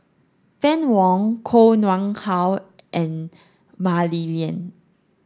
Fann Wong Koh Nguang How and Mah Li Lian